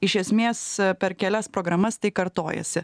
iš esmės per kelias programas tai kartojasi